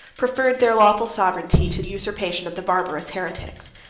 preferred their lawful sovereignty to the usurpation of the barbarous heretics.